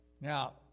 Now